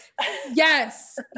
Yes